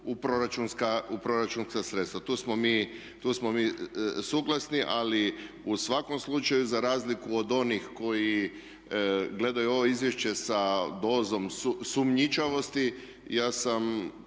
u proračunska sredstva. Tu smo mi suglasni ali u svakom slučaju za razliku od onih koji gledaju ovo izvješće sa dozom sumnjičavosti ja sam